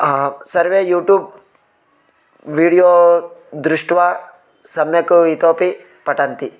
सर्वे YouTube video दृष्ट्वा सम्यक् इतोपि पटन्ति